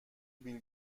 بیل